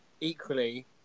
equally